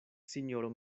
sinjoro